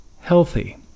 healthy